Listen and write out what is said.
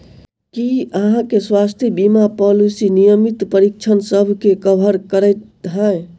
की अहाँ केँ स्वास्थ्य बीमा पॉलिसी नियमित परीक्षणसभ केँ कवर करे है?